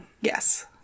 Yes